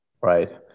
right